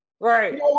Right